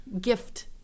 gift